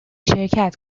شرکت